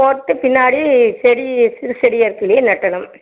போட்டு பின்னாடி செடி செடியாக இருக்குது இல்லையா நடணும்